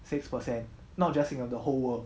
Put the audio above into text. six percent not just six of the whole world